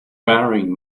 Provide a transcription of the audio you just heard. faring